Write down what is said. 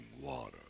water